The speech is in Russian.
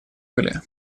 были